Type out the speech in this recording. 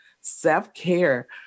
self-care